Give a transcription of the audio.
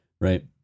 right